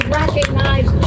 recognize